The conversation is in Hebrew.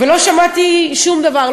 ולא שמעתי שום דבר.